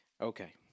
Okay